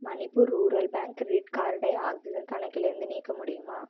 Manipur rural bank credit கார்டை oxygen கணக்கிலிருந்து நீக்க முடியுமா